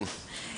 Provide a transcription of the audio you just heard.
כן.